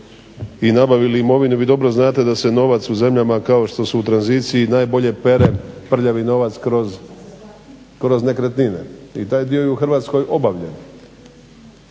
i nabavili imovinu vi dobro znate da se novac u zemljama kao što se u tranziciji najbolje pere prljavi novac kroz nekretnine i taj dio je u Hrvatskoj obavljen.